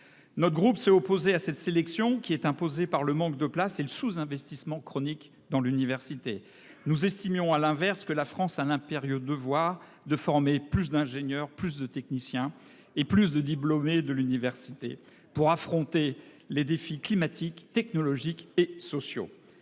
Notre groupe s'est opposé à cette sélection qui est imposé par le manque de place et le sous-investissement chronique dans l'université nous estimions à l'inverse que la France a l'impérieux devoir de former plus d'ingénieurs plus de techniciens et plus de diplômés de l'université pour affronter les défis climatiques technologiques et sociaux,